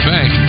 Bank